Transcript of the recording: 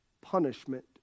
punishment